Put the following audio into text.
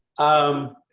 um,